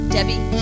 Debbie